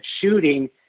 shooting